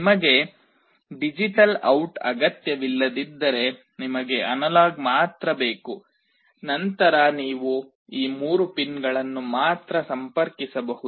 ನಿಮಗೆ digital out ಅಗತ್ಯವಿಲ್ಲದಿದ್ದರೆ ನಿಮಗೆ ಅನಲಾಗ್ ಮಾತ್ರ ಬೇಕು ನಂತರ ನೀವು ಈ ಮೂರು ಪಿನ್ಗಳನ್ನು ಮಾತ್ರ ಸಂಪರ್ಕಿಸಬಹುದು